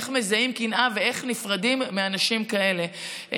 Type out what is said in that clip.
איך מזהים קנאה ואיך נפרדים מאנשים כאלה.